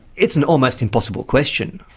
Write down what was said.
it's an almost impossible question.